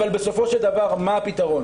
אבל בסופו של דבר מה הפתרון?